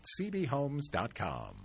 cbhomes.com